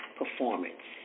performance